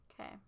Okay